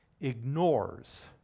ignores